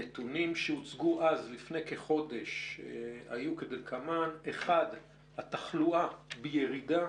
הנתונים שהוצגו אז היו כדלקמן: 1. התחלואה בירידה